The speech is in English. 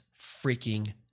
freaking